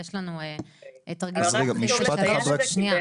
אז רגע, משפט אחד רק --- שנייה.